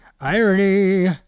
Irony